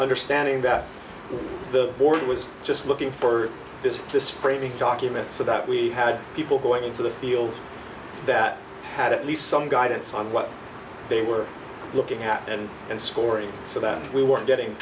understanding that the board was just looking for this this framing document so that we had people going into the field that had at least some guidance on what they were looking at and and scoring so that we were getting